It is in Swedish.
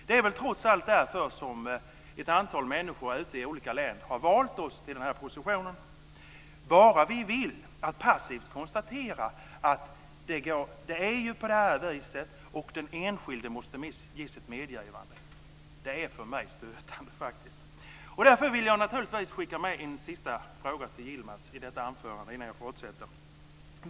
Det är väl trots allt därför som ett antal människor ute i olika län har valt oss till denna position? Att bara passivt konstatera att det är på detta vis och att den enskilde måste ge sitt medgivande är för mig stötande. Därför vill jag naturligtvis skicka med en sista fråga i detta anförande till Yilmaz Kerimo.